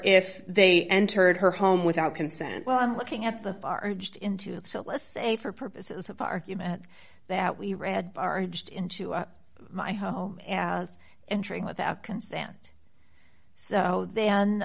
if they entered her home without consent well i'm looking at the far edge into that so let's say for purposes of argument that we read barged into my home as entering without consent so